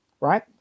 right